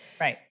Right